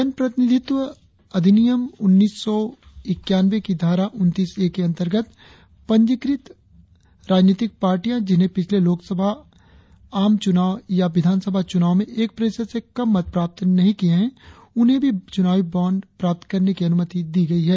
जनप्रतिनिधि अधिनियम उन्नीस सौ इक्यानवें की धारा उनतीस ए के अंतर्गत पंजीकृत राजनीतिक पार्टियां जिन्हें पिछले लोकसभा आम चुनाव या विधानसभा चुनाव में एक प्रतिशत से कम मत प्राप्त नहीं किए है उन्हें भी चुनावी बाँड प्राप्त करने की अनुमति दी गई है